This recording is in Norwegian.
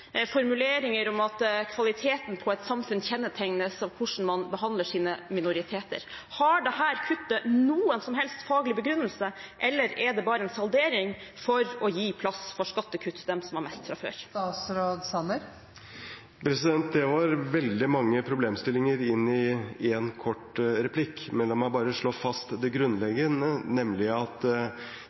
formuleringer om at kvaliteten på et samfunn kjennetegnes av hvordan man behandler sine minoriteter. Har dette kuttet noen som helst faglig begrunnelse, eller er det bare en saldering for å gi plass til skattekutt for dem som har mest fra før? Det var veldig mange problemstillinger inn i én kort replikk. La meg bare slå fast det grunnleggende, nemlig at